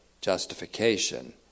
justification